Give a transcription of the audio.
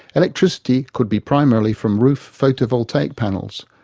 electricity could be primarily from roof photo-voltaic panels,